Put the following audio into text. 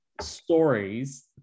stories